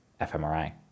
FMRI